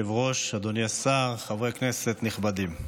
אדוני השר, חברי כנסת נכבדים,